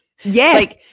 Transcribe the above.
Yes